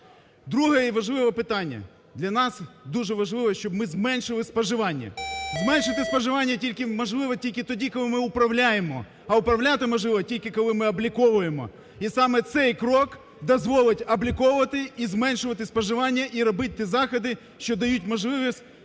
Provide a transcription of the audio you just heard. Друге і важливе питання. Для нас дуже важливо, щоб ми зменшили споживання. Зменшити споживання можливо тільки тоді, коли ми управляємо, а управляти можливо тільки, коли ми обліковуємо і саме цей крок дозволить обліковувати і зменшувати споживання, і робити заходи, що дають можливість